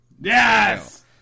Yes